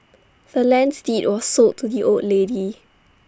the land's deed was sold to the old lady